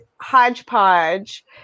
Hodgepodge